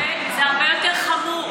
זה הרבה יותר חמור.